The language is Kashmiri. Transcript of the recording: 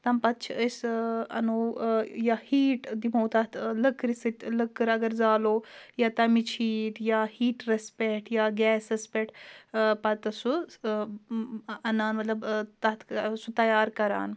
تَمہِ پَتہٕ چھِ أسۍ اَنو یا ہیٖٹ دِمو تَتھ لٔکرِ سۭتۍ لٔکٕر اگر زالو یا تَمِچ ہیٖٹ یا ہیٖٹرَس پٮ۪ٹھ یا گیسَس پٮ۪ٹھ پَتہٕ سُہ اَنان مطلب تَتھ سُہ تیار کَران